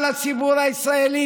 בזה לציבור,